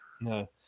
No